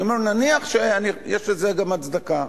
אני אומר נניח שיש לזה גם הצדקה,